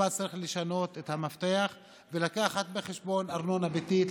אבל צריך לשנות את המפתח ולהביא בחשבון ארנונה ביתית,